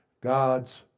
God's